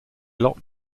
locked